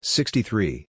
Sixty-three